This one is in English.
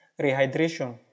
rehydration